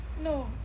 No